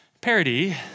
Parody